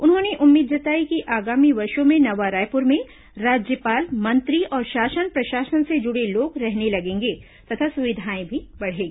उन्होंने उम्मीद जताई कि आगामी वर्षों में नवा रायपुर में राज्यपाल मंत्री और शासन प्रशासन से जुड़े लोग रहने लगेंगे तथा सुविधाएं भी बढ़ेंगी